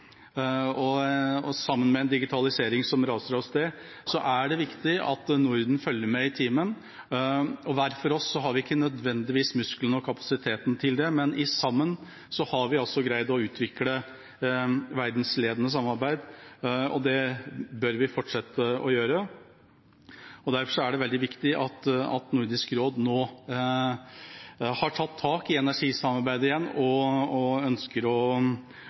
mer utviklingsarbeid sammen, og det er viktig når vi nå ser at nye land satser stort på fornybar energi knyttet til særlig sol og vind. Og når digitaliseringen samtidig raser av sted, er det viktig at Norden følger med i timen. Hver for oss har vi ikke nødvendigvis musklene og kapasiteten til det, men sammen har vi altså greid å utvikle et verdensledende samarbeid, og det bør vi fortsette å gjøre. Derfor er det veldig viktig at Nordisk råd nå har tatt tak i energisamarbeidet